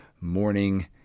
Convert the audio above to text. morning